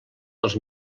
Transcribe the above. dels